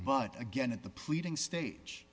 but again at the pleading stage